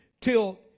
till